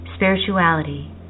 spirituality